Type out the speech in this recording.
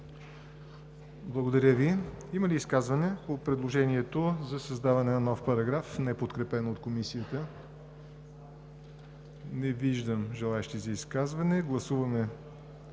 Благодаря Ви. Има ли изказвания по предложението за създаване на нов параграф, неподкрепен от Комисията? Не виждам. Гласуваме